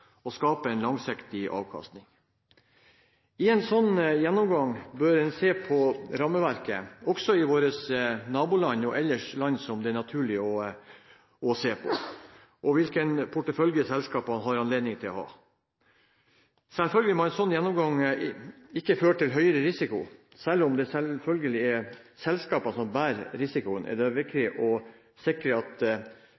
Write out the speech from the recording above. kan skape en langsiktig avkastning. I en slik gjennomgang bør en se på rammeverket også i våre naboland og ellers i land som det er naturlig å se på, og på hvilken portefølje selskapene har anledning til å ha. Selvfølgelig må en slik gjennomgang ikke føre til høyere risiko. Selv om det selvfølgelig er selskapene som bærer risikoen, er det viktig